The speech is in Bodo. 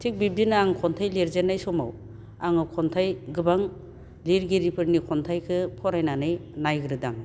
थिग बिबदिनो आं खन्थाइ लिरजेननाय समाव आङो खन्थाइ गोबां लिरगिरिफोरनि खन्थाइखो फरायनानै नायग्रोदां